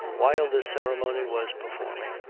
while this ceremony was performing,